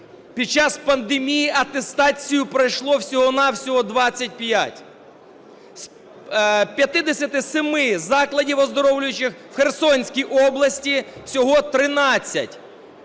під час пандемії атестацію пройшло всього-на-всього 25, з 57 закладів оздоровлюючих у Херсонській області – всього 13.